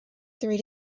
three